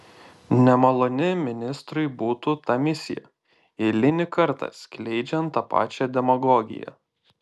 nemaloni ministrui būtų ta misija eilinį kartą skleidžiant tą pačią demagogiją